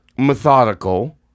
methodical